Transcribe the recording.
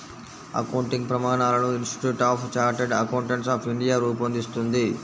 accounting ప్రమాణాలను institute of chartered accountants of India రూపొందిస్తుంది